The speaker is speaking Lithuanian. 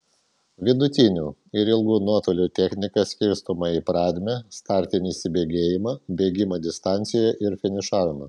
vidutinių ir ilgų nuotolių technika skirstoma į pradmę startinį įsibėgėjimą bėgimą distancijoje ir finišavimą